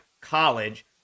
college